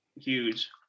huge